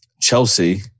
Chelsea